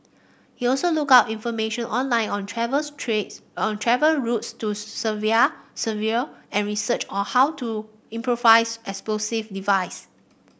he also looked up information online on travel's trees on travel routes to Syria and researched how to improvised explosive device